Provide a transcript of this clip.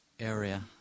area